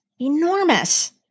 enormous